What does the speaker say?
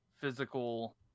physical